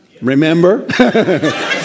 Remember